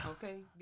Okay